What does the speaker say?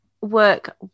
work